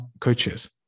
coaches